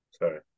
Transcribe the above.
Sorry